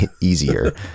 easier